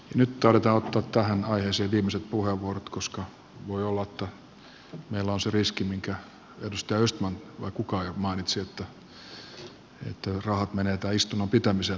nyt taidetaan ottaa tähän aiheeseen viimeiset puheenvuorot koska voi olla että meillä on se riski minkä edustaja östman vai kuka jo mainitsi että nämä säästyneet rahat menevät tämän istunnon pitämiseen